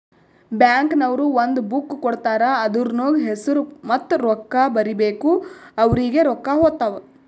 bank ನವ್ರು ಒಂದ್ book ಕೊಡ್ತಾರ್ ಅದೂರ್ನಗ್ ಹೆಸುರ ಮತ್ತ ರೊಕ್ಕಾ ಬರೀಬೇಕು ಅವ್ರಿಗೆ ರೊಕ್ಕಾ ಹೊತ್ತಾವ್